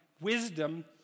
wisdom